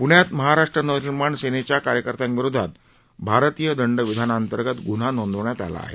प्ण्यात महाराष्ट्र नवनिर्माण सेनेच्या कार्यकर्त्याविरोधात भारतीय दंडविधानाअंतर्गत ग्न्हा नोंदवण्यात आला आहे